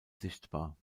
sichtbar